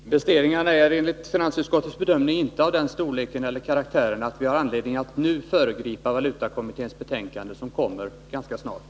Herr talman! Investeringarna är enligt finansutskottets bedömning inte av den storleken eller karaktären att vi har anledning att nu föregripa valutakommitténs betänkande, som kommer ganska snart.